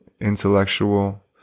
intellectual